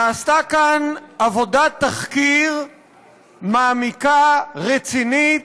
נעשתה כאן עבודת תחקיר מעמיקה, רצינית,